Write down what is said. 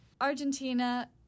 Argentina